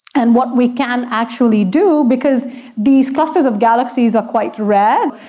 and what we can actually do, because these clusters of galaxies are quite rare,